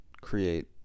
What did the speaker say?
create